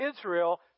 Israel